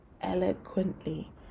eloquently